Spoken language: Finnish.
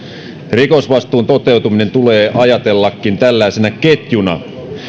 rikosvastuun toteutuminen tulee ajatellakin tällaisena ketjuna